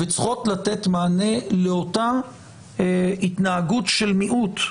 וצריכות לתת מענה לאותם התנהגות של מיעוט,